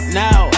now